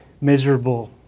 miserable